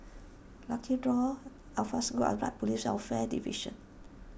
Lucky Door Afaswoo Arab Regulation and Police Welfare Division